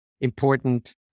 important